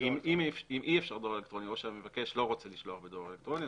אם אי אפשר דואר אלקטרוני או שהמבקש לא רוצה לשלוח בדואר אלקטרוני,